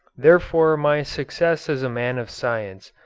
therefore my success as a man of science,